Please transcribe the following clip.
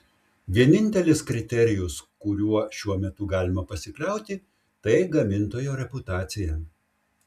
vienintelis kriterijus kuriuo šiuo metu galima pasikliauti tai gamintojo reputacija